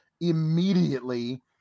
immediately